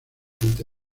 fuente